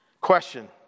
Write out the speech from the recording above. Question